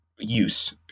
use